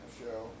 show